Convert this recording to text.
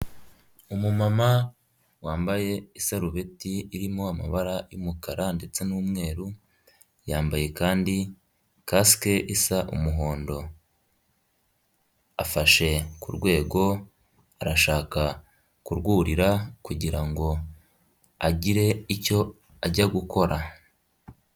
Umu mama wambaye isarubeti irimo amabara y'umukara ndetse n'umweru yambaye kandi kasike isa umuhondo, afashe kurwego arashaka kurwurira kugirango agire icyo ajya gukora.